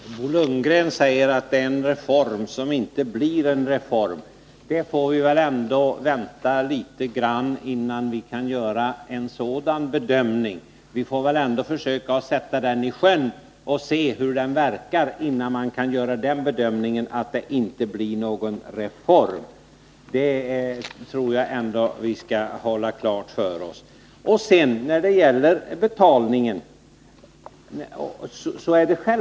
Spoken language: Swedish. Herr talman! Bo Lundgren säger att detta är en reform som inte blir en reform. Vi får väl ändå vänta litet grand innan vi gör en sådan bedömning. Vi måste försöka sätta reformen i sjön och se hur den verkar innan vi kan säga att den inte blir någon reform, det tror jag att vi bör hålla klart för oss. Så gäller det betalningen.